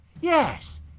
Yes